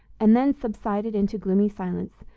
and then subsided into gloomy silence,